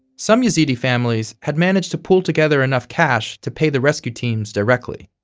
some yazidi families had managed to pool together enough cash to pay the rescue teams directly.